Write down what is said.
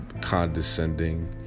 condescending